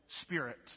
spirit